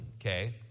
okay